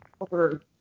over